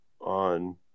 on